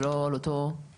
זה לא על אותו מקרה?